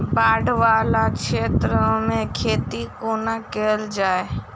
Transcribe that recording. बाढ़ वला क्षेत्र मे खेती कोना कैल जाय?